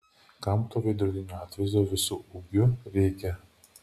kam to veidrodinio atvaizdo visu ūgiu reikia